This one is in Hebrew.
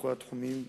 בכל התחומים,